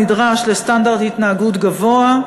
נדרש לסטנדרט התנהגות גבוה,